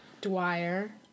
Dwyer